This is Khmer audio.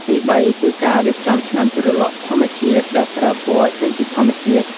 ទីបីគឺការរៀបចំថ្នាំជ្រលក់ធម្មជាតិ ដែលប្រើពណ៌ចេញពីធម្មជាតិ។